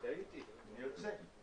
טעיתי, אני מתנצל.